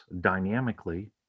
dynamically